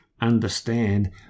understand